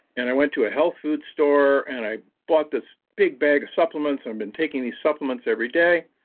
and i went to a health food store, and i bought this big bag of supplements, and been taking these supplements every day.